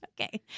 Okay